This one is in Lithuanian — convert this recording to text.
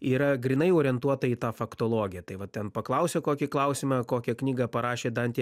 yra grynai orientuota į tą faktologiją tai va ten paklausiu kokį klausimą kokią knygą parašė dantė